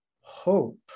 Hope